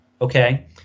okay